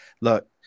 Look